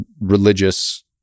religious